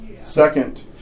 Second